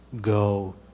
go